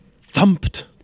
thumped